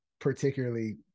particularly